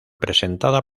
presentada